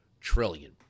trillion